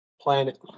planet